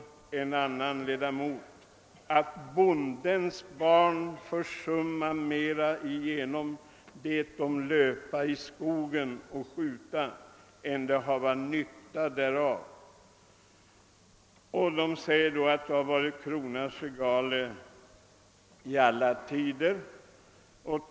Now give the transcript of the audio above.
En annan ledamot sade: >»Bondens barn försumma mera igenom det de löpa i skogen och skiuta, än de hafva nytta däraf. Det har varit ett regale, som Cronan altid haft».